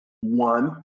One